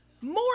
more